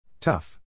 Tough